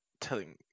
telling